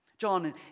John